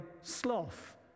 sloth